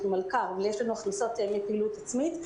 אנחנו מלכ"ר, אז יש לנו הכנסות מפעילות עצמית.